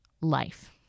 life